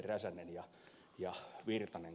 räsäsen ja ed